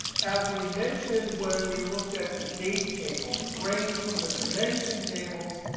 as we mentioned when we looked at the date table grain from the dimension tables,